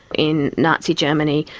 in nazi germany,